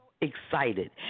excited